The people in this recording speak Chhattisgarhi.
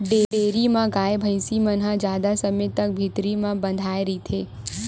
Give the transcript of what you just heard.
डेयरी म गाय, भइसी मन ह जादा समे तक भीतरी म बंधाए रहिथे